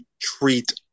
treat